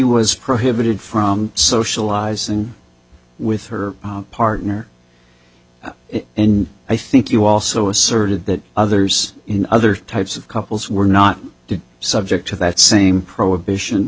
was prohibited from socializing with her partner and i think you also asserted that others other types of couples were not subject to that same prohibition